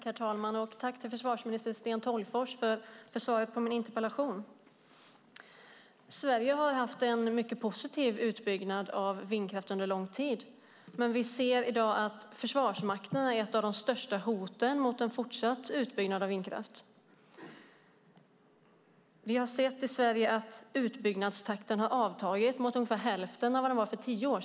Herr talman! Jag tackar försvarsminister Sten Tolgfors för svaret på min interpellation. Sverige har under lång tid haft en mycket positiv utbyggnad av vindkraft, men vi ser i dag att Försvarsmakten är ett av de största hoten mot en fortsatt utbyggnad av den. Vi har sett att utbyggnadstakten avtagit och nu är ungefär hälften av vad den var för tio år sedan.